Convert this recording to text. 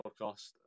podcast